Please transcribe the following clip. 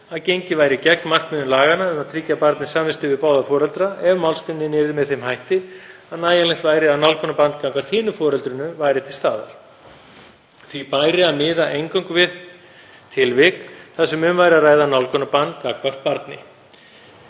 að gengið væri gegn markmiðum laganna um að tryggja barni samvistir við báða foreldra ef málsgreinin yrði með þeim hætti að nægjanlegt væri að nálgunarbann gagnvart hinu foreldrinu væri til staðar. Því bæri að miða eingöngu við tilvik þar sem um væri að ræða nálgunarbann gagnvart barni.